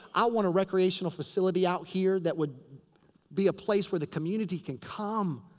i want a recreational facility out here that would be a place where the community can come.